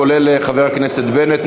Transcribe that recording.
כולל חבר הכנסת בנט,